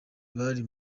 bari